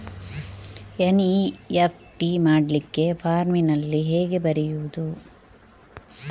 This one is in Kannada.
ಎನ್.ಇ.ಎಫ್.ಟಿ ಮಾಡ್ಲಿಕ್ಕೆ ಫಾರ್ಮಿನಲ್ಲಿ ಹೇಗೆ ಬರೆಯುವುದು?